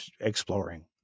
exploring